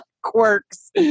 quirks